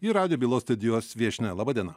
ir radijo bylos studijos viešnia laba diena